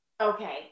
Okay